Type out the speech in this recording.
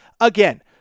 Again